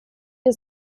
wir